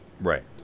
Right